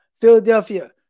Philadelphia